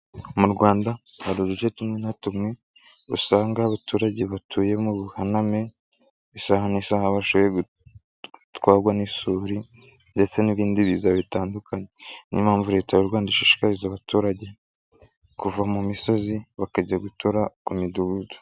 Mu Rwanda hari uduce tumwe na tumwe usanga abaturage batuye mu buhaname isaha n'isaha bashobora gutwarwa n'isuri ndetse n'ibindi biza bitandukanye. Niyo mpamvu leta y'u Rwanda ishishikariza abaturage kuva mu misozi bakajya gutura ku midugudu.